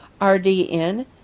RDN